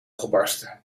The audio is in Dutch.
gebarsten